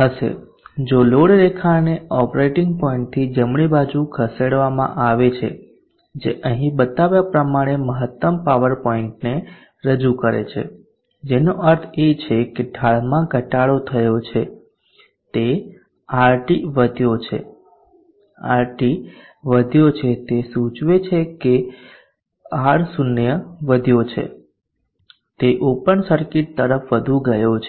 હશે જો લોડ રેખાને ઓપરેટિંગ પોઇન્ટથી જમણી બાજુ ખસેડવામાં આવે છે જે અહીં બતાવ્યા પ્રમાણે મહત્તમ પાવર પોઇન્ટને રજૂ કરે છે જેનો અર્થ છે કે ઢાળમાં ઘટાડો થયો છે તે RT વધ્યો છે RT વધ્યો છે તે સૂચવે છે કે R0 વધ્યો છે તે ઓપન સર્કિટ તરફ વધુ ગયો છે